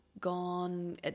gone